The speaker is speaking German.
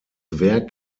werk